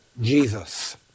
Jesus